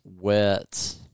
wet